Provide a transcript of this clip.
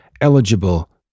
eligible